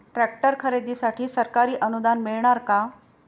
Tractor खरेदीसाठी सरकारी अनुदान मिळणार का?